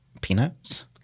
Peanuts